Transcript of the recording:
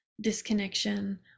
disconnection